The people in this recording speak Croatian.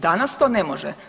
Danas to ne može.